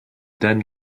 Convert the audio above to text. dan